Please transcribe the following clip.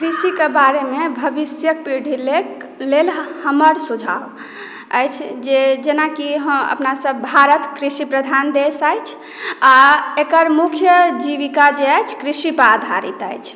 कृषि के बारे मे भविष्यक पीढ़ी लेल हमर सुझाव अछि जे जेना की अपनासब भारत कृषि प्रधान देश अछि आ एकर मुख्य जीविका जे अछि कृषि पर आधारित अछि